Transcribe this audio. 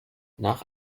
nach